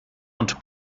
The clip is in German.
und